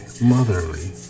motherly